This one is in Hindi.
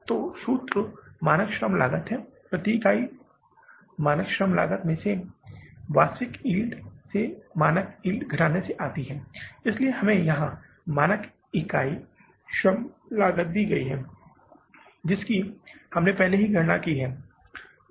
तो सूत्र मानक श्रम लागत है प्रति इकाई मानक श्रम लागत में वास्तविक यील्ड से मानक यील्ड घटाने से आती है इसलिए हमें यहां मानक इकाई श्रम लागत दी गई है जिसकी हमने पहले ही गणना की है